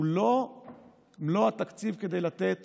הוא לא התקציב כדי לתת